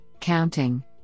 counting